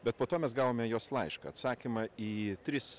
bet po to mes gavome jos laišką atsakymą į tris